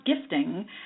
gifting